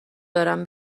دارم